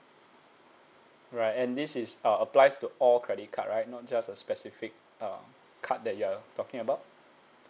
right and this is uh applies to all credit card right not just a specific uh card that you are talking about